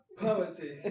poverty